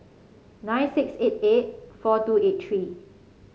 nine six eight eight four two eight three